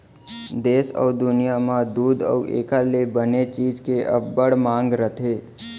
देस अउ दुनियॉं म दूद अउ एकर ले बने चीज के अब्बड़ मांग रथे